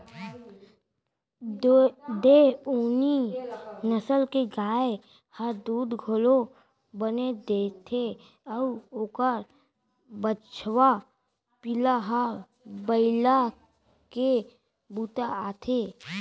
देओनी नसल के गाय ह दूद घलौ बने देथे अउ ओकर बछवा पिला ह बइला के बूता आथे